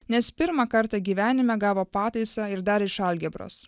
nes pirmą kartą gyvenime gavo pataisą ir dar iš algebros